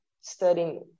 studying